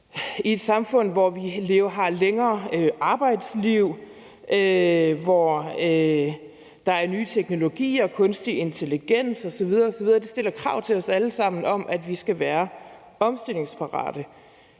I et samfund, hvor vi har et længere arbejdsliv, og hvor der er nye teknologier, kunstig intelligens osv. osv., bliver der stillet krav til os alle sammen om, at vi skal være omstillingsparate.